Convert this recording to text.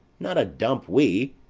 not a dump we!